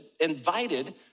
invited